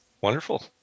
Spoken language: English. Wonderful